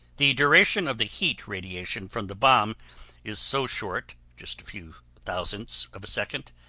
the duration of the heat radiation from the bomb is so short, just a few thousandths of a second,